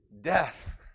death